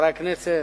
חברי הכנסת,